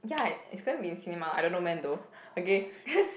ya it's going to be in cinema I don't know when though okay